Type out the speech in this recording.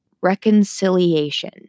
reconciliation